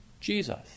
Jesus